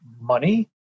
money